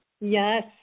yes